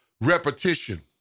repetition